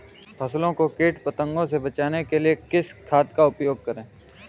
फसलों को कीट पतंगों से बचाने के लिए किस खाद का प्रयोग करें?